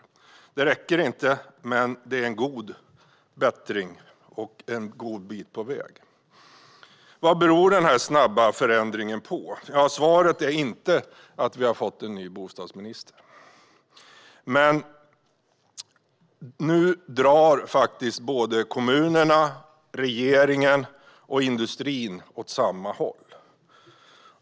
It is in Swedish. Detta räcker inte, men det är en förbättring och en god bit på väg. Vad beror den snabba förändringen på? Svaret är inte att vi har fått en ny bostadsminister. Men nu drar såväl kommunerna och regeringen som industrin åt samma håll.